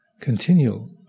continual